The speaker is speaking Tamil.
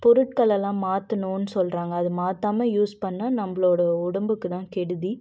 பொருட்கள் எல்லாம் மாற்றணும்னு சொல்கிறாங்க அது மாற்றாம யூஸ் பண்ணால் நம்மளோட உடம்புக்கு தான் கெடுதி